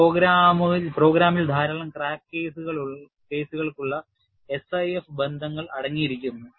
പ്രോഗ്രാമിൽ ധാരാളം ക്രാക്ക് കേസുകൾക്കുള്ള SIF ബന്ധങ്ങൾ അടങ്ങിയിരിക്കുന്നു